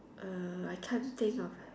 uh I can't think of